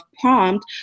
prompt